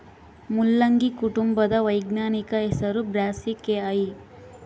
ಮುಲ್ಲಂಗಿ ಕುಟುಂಬದ ವೈಜ್ಞಾನಿಕ ಹೆಸರು ಬ್ರಾಸಿಕೆಐ